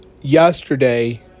yesterday